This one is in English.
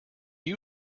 you